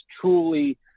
truly